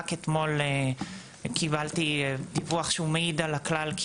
רק אתמול קיבלתי דיווח שהוא מעיד על הכלל,